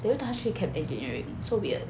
did she tell you already so weird